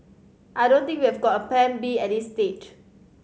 I don't think we have got a Plan B at this stage